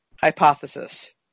hypothesis